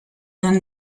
dann